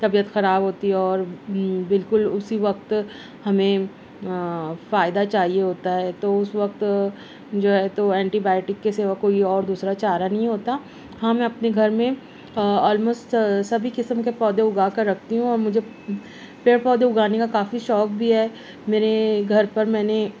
طبیعت خراب ہوتی ہے اور بالکل اسی وقت ہمیں فائدہ چاہیے ہوتا ہے تو اس وقت جو ہے تو اینٹی بائیٹک کے سوا کوئی اور دوسرا چارہ نہیں ہوتا ہاں میں اپنے گھر میں آلموسٹ سبھی قسم کے پودے اگا کر رکھتی ہوں اور مجھے پیڑ پودے اگانے کا کافی شوق بھی ہے میرے گھر پر میں نے